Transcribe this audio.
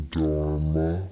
Dharma